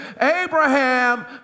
Abraham